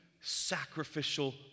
sacrificial